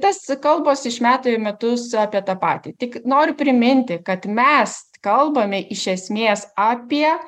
tas kalbos iš metų į metus apie tą patį tik noriu priminti kad mes kalbame iš esmės apie